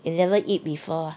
you never eat before ah